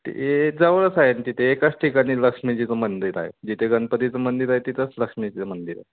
ते जवळच आहे न तिथे एकाच ठिकाणी लक्ष्मीजीचं मंदिर आहे जिथे गणपतीचं मंदिर आहे तिथं लक्ष्मीचं मंदिर आहे